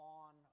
on